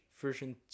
Version